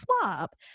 swap